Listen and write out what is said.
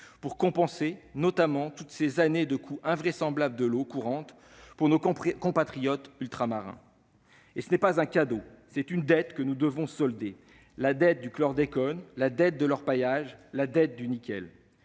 de compenser toutes ces années de coût invraisemblable de l'eau courante pour nos compatriotes ultramarins. Il n'y a là nul cadeau, mais une dette que nous devons solder : la dette du chlordécone, la dette de l'orpaillage, la dette du nickel